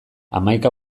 hamaika